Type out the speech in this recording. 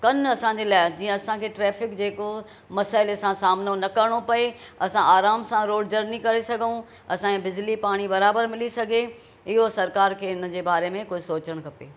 कनि असांजे लाइ जीअं असांखे ट्रैफ़िक जेको मसाईले सां सामिनो न करिणो पए असां आराम सां रोड जर्नी करे सघूं असांखे बिजली पाणी बराबरि मिली सघे इहो सरकार खे हिनजे बारे में कुछ सोचणु खपे